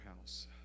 house